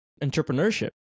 entrepreneurship